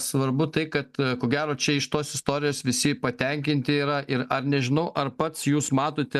svarbu tai kad ko gero čia iš tos istorijos visi patenkinti yra ir ar nežinau ar pats jūs matote